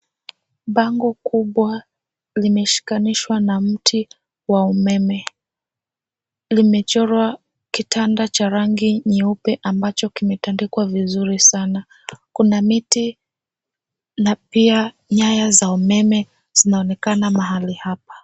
Bango kubwa limeshikanishwa na mti wa umeme . Limechorwa kitanda cha rangi nyeupe ambacho kimetandikwa vizuri sana. Kuna miti na pia nyaya za umeme zinaonekana mahali hapa.